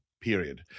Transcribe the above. period